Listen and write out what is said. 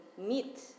meat